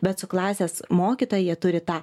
bet su klasės mokytoja jie turi tą